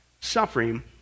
suffering